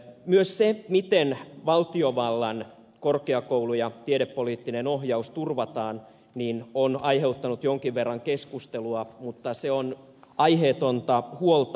myös se miten valtiovallan korkeakoulu ja tiedepoliittinen ohjaus turvataan on aiheuttanut jonkin verran keskustelua mutta se on aiheetonta huolta